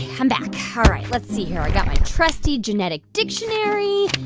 i'm back. all right, let's see here. i got my trusty genetic dictionary.